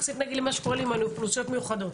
יחסית נגיד למה שקורה עם אוכלוסיות מיוחדות.